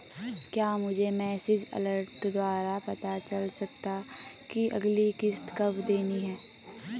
क्या मुझे message alert द्वारा पता चल सकता कि अगली किश्त कब देनी है?